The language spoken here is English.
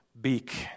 beak